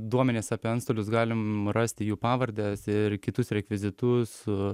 duomenis apie antstolius galim rasti jų pavardes ir kitus rekvizitus